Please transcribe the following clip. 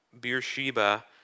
Beersheba